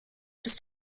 bis